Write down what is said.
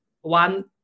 one